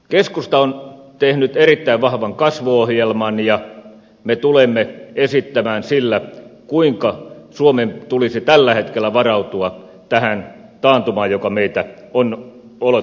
keskusta on tehnyt erittäin vahvan kasvuohjelman ja me tulemme esittämään sillä kuinka suomen tulisi tällä hetkellä varautua tähän taantumaan joka meitä on odottamassa